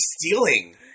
stealing